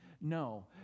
no